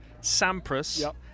Sampras